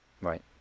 right